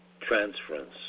transference